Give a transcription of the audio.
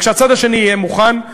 וכשהצד השני יהיה מוכן,